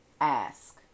ask